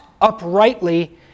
uprightly